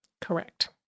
Correct